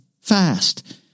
fast